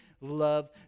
love